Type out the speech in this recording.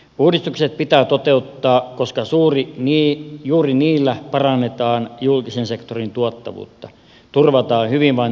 uudistukset pitää toteuttaa koska juuri niillä parannetaan julkisen sektorin tuottavuutta turvataan hyvinvointivaltion tulevaisuus